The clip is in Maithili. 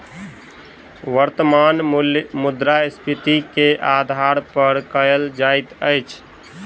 वर्त्तमान मूल्य मुद्रास्फीति के आधार पर कयल जाइत अछि